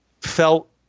felt